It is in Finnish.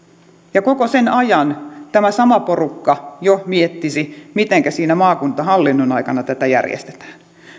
ja koko sen ajan tämä sama porukka jo miettisi mitenkä siinä maakuntahallinnon aikana tätä järjestetään